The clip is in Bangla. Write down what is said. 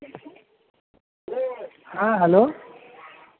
হ্যাঁ হ্যালো